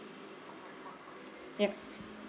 ya